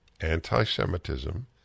anti-Semitism